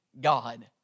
God